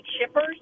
shippers